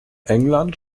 england